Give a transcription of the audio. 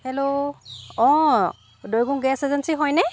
hello অ' দৈভোগ গেছ এজেন্সি হয়নে